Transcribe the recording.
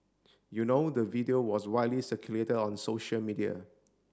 you know the video was widely circulated on social media